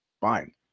Fine